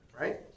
Right